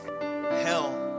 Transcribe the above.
hell